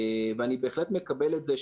ואני בהחלט מקבל את זה,